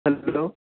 hello